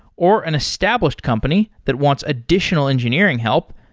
or an established company that wants additional engineering help,